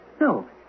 No